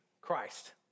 Christ